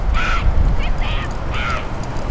piss ants, act!